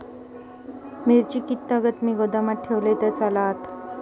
मिरची कीततागत मी गोदामात ठेवलंय तर चालात?